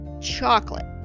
chocolate